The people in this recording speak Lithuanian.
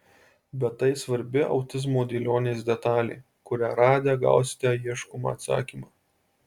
bet tai svarbi autizmo dėlionės detalė kurią radę gausite ieškomą atsakymą